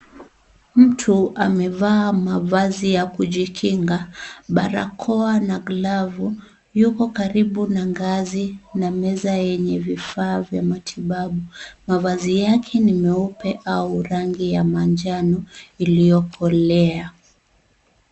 Mtu amevaa mavazi ya kujikinga, barakoa na glavu, yuko karibu na ngazi na meza yenye vifaa vya matibabu, mavazi yake ni meupe au rangi ya manjano iliokolea.